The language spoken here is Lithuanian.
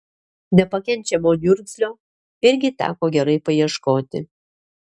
nepakenčiamo niurgzlio irgi teko gerai paieškoti